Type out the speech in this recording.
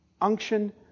unction